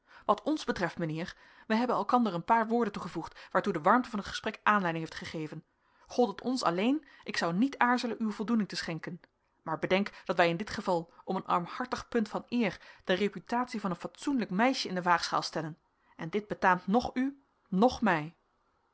wat ons betreft mijnheer wij hebben elkander een paar woorden toegevoegd waartoe de warmte van het gesprek aanleiding heeft gegeven gold het ons alleen ik zou niet aarzelen u voldoening te schenken maar bedenk dat wij in dit geval om een armhartig punt van eer de reputatie van een fatsoenlijk meisje in de waagschaal stellen en dit betaamt noch u noch mij